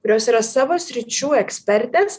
kurios yra savo sričių ekspertės